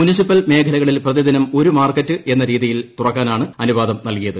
municipal മേഖലകളിൽ പ്രതിദിന ഒരു മാർക്കറ്റ് എന്ന രീതിയിൽ തുറക്കാനാണ് അനുവാദം നല്കിയത്